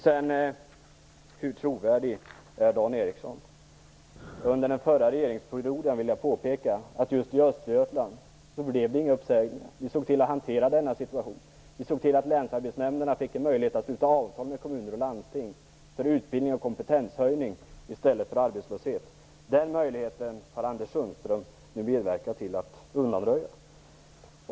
Sedan frågan: Hur trovärdig är Dan Ericsson? Jag vill påpeka att just i Östergötland blev det under förra regeringsperioden inga uppsägningar. Vi såg till att hantera situationen. Vi såg till att länsarbetsnämnderna fick en möjlighet att sluta avtal med kommuner och landsting om utbildning och kompetenshöjning i stället för arbetslöshet. Den möjligheten har Anders Sundström nu medverkat till att undanröja.